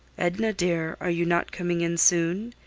edna, dear, are you not coming in soon?